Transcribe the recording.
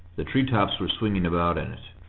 the tree-tops were swinging about in it.